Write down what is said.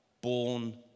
born